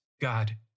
God